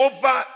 Over